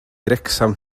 wrecsam